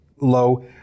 low